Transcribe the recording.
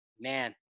man